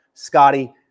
Scotty